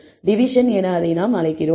division என அதை அழைக்கிறோம்